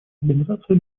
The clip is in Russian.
организации